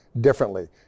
differently